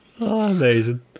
Amazing